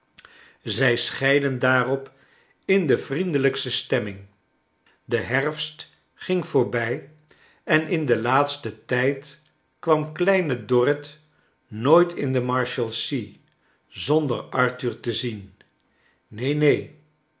zij scheidden daarop in de vriendeiijkste stemming de herfst ging voorbij en in den laatsten tijd kwam kleine dorrit nooit in de marshalsea zonder arthur te zien neen neen